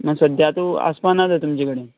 म्हूण सद्याक तर आसपा ना तर तुमचे कडेन